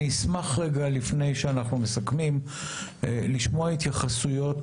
אני אשמח לפני שאנחנו מסכמים לשמוע התייחסויות